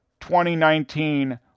2019